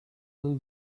blue